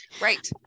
Right